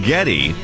Getty